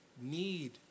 need